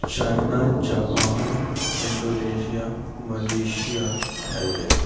China Japan Indonesia Malaysia Thailand